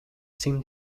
seem